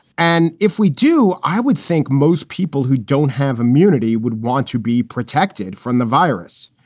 and if we do, i would think most people who don't have immunity would want to be protected from the virus.